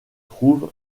trouve